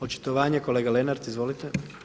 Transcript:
Očitovanje kolega Lenart, izvolite.